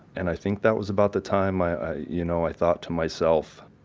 and i think that was about the time i you know i thought to myself,